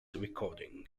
recording